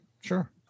Sure